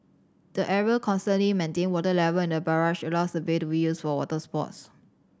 the ever constantly maintained water level in the barrage allows the bay to be used for water sports